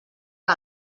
que